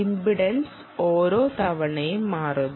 impedance ഓരോ തവണയും മാറുന്നു